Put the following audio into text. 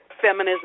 feminism